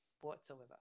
whatsoever